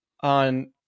on